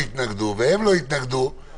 היקף המובטלים שהוערך היה קרוב ל-400,000,500,000.